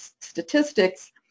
statistics